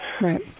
Right